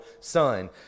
son